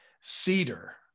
cedar